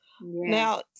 Now